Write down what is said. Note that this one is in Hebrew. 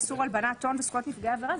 איסור הלבנת הון וזכויות נפגעי עבירה.